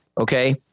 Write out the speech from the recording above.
Okay